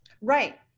Right